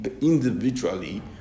individually